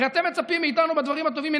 הרי אם מצפים לנו בדברים הטובים,